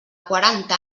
quaranta